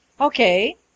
Okay